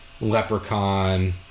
Leprechaun